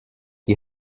die